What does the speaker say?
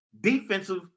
defensive